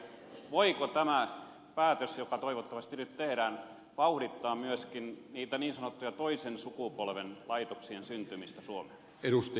voiko tämä päätös joka toivottavasti nyt tehdään vauhdittaa myöskin niitä niin sanottujen toisen sukupolven laitoksien syntymistä suomeen